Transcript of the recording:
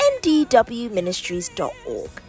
ndwministries.org